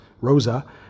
Rosa